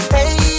Hey